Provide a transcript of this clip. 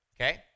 okay